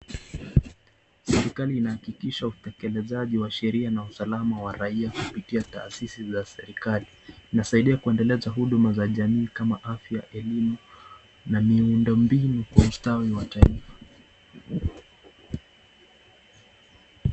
serekali inahakikisho utekelezaji wa sheria na usalama wa rahia kupitia tahasisi za serikali, inasaidia kuendeleza huduma za jamii kama afya, elimu na miundo mbinu kwa ustawi wa taifa.